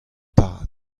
tad